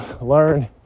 learn